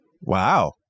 Wow